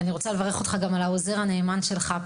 אני רוצה לברך אותך גם על העוזר הנאמן שלך,